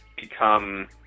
become